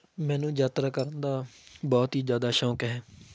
ਮੈਨੂੰ ਯਾਤਰਾ ਕਰਨ ਦਾ ਬਹੁਤ ਹੀ ਜ਼ਿਆਦਾ ਸ਼ੌਕ ਹੈ